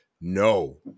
no